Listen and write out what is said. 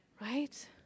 right